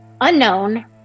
unknown